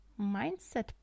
mindset